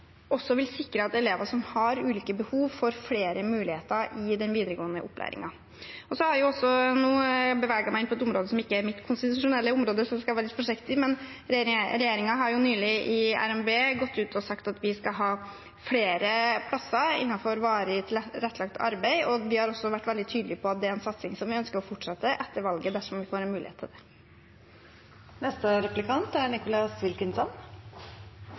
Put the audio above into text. også vil sikre at elever som har ulike behov, får flere muligheter i den videregående opplæringen. Jeg har nå beveget meg inn på en område som ikke er mitt konstitusjonelle ansvar, så jeg skal være litt forsiktig, men regjeringen har nylig i RNB gått ut og sagt at vi skal ha flere plasser innenfor varig tilrettelagt arbeid, og vi har også vært veldig tydelige på at det er en satsing vi ønsker å fortsette med etter valget, dersom vi får en mulighet til det. Det er